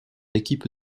équipe